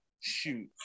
Shoot